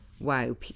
wow